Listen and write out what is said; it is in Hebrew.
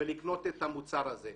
ולקנות את המוצר הזה.